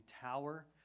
tower